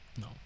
no